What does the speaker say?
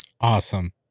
Awesome